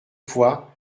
fois